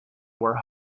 were